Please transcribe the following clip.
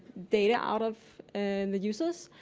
data out of and the users,